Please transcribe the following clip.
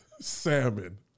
salmon